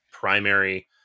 primary